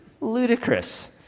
ludicrous